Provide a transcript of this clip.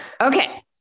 Okay